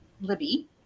Libby